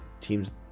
teams